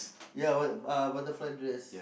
ya but uh butterfly dress